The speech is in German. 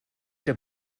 der